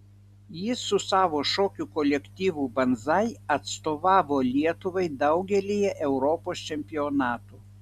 jis su savo šokių kolektyvu banzai atstovavo lietuvai daugelyje europos čempionatų